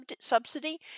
subsidy